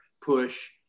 push